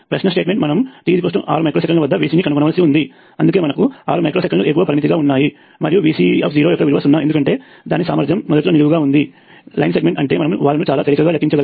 ప్రశ్న యొక్క స్టేట్మెంట్ మనం t 6 మైక్రో సెకను వద్ద Vc ని కనుగొనవలసి ఉంది అందుకే మనకు 6 మైక్రో సెకన్లు ఎగువ పరిమితిగా ఉన్నాయి మరియు Vc0యొక్క విలువ సున్నాఎందుకంటే దాని సామర్థ్యం మొదట్లో నిలువుగా ఉంటుంది లైన్ సెగ్మెంట్ అంటే మనము వాలును చాలా తేలికగా లెక్కించగలరు